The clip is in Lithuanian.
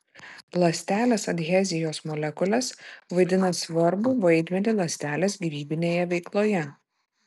ląstelės adhezijos molekulės vaidina svarbų vaidmenį ląstelės gyvybinėje veikloje